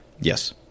Yes